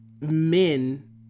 men